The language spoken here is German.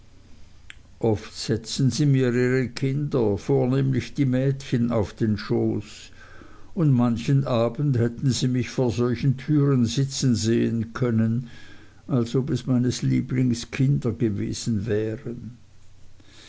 oft setzten sie mir ihre kinder vornehmlich die mädchen auf den schoß und manchen abend hätten sie mich vor solchen türen sitzen sehen können als ob es meines lieblings kinder gewesen wären